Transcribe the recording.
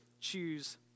choose